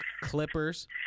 Clippers